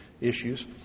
issues